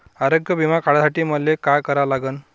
आरोग्य बिमा काढासाठी मले काय करा लागन?